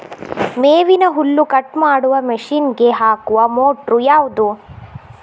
ಮೇವಿನ ಹುಲ್ಲು ಕಟ್ ಮಾಡುವ ಮಷೀನ್ ಗೆ ಹಾಕುವ ಮೋಟ್ರು ಯಾವುದು?